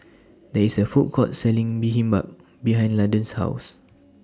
There IS A Food Court Selling behind Landen's House